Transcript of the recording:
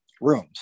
rooms